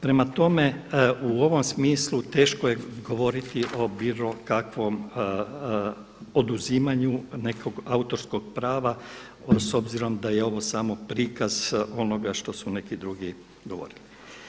Prema tome, u ovom smislu teško je govoriti o bilo kakvom oduzimanju nekog autorskog prava s obzirom da je ovo samo prikaz onoga što su neki drugi govorili.